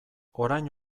orain